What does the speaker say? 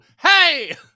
Hey